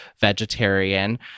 vegetarian